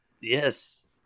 Yes